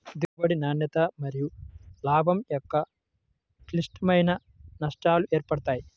దిగుబడి, నాణ్యత మరియులాభం యొక్క క్లిష్టమైన నష్టాలు ఏర్పడతాయి